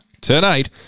tonight